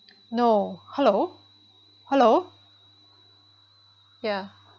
no hello hello yeah